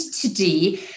today